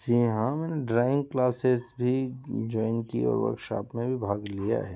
जी हाँ मैंने drawing classes भी ज्वाइन की है वर्कशॉप में भी भाग लिया है